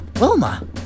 Wilma